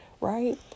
right